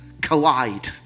collide